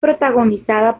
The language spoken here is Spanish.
protagonizada